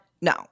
No